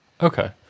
Okay